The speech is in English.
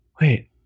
Wait